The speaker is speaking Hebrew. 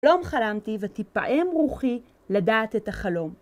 חלום חלמתי ותפעם רוחי לדעת את החלום.